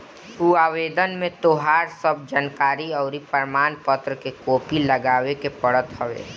उ आवेदन में तोहार सब जानकरी अउरी प्रमाण पत्र के कॉपी लगावे के पड़त हवे